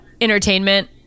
entertainment